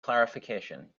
clarification